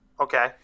Okay